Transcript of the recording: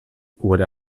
would